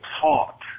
taught